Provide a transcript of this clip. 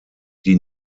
die